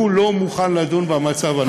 הוא לא מוכן לדון במצב הנוכחי.